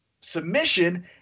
submission